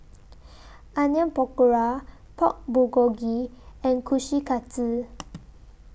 Onion Pakora Pork Bulgogi and Kushikatsu